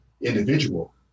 individual